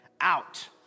out